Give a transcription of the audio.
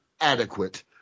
adequate